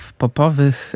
popowych